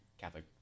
Catholic